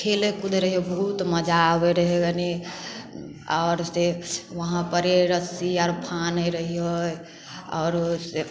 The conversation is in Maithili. खेलै कूदै रहियै बहुत मजा आबै रहै गने आओर से वहाँ परे रस्सी आर फाने रहिए आओर से